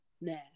Nah